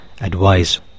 advice